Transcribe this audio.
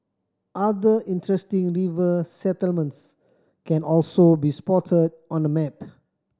other interesting river settlements can also be spotted on the map